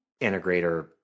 integrator